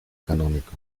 canónico